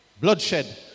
bloodshed